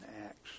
Acts